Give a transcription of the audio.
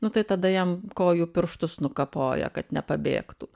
nu tai tada jam kojų pirštus nukapoja kad nepabėgtų